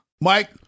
Mike